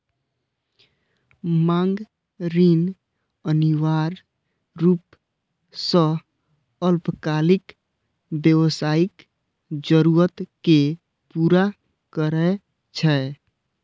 मांग ऋण अनिवार्य रूप सं अल्पकालिक व्यावसायिक जरूरत कें पूरा करै छै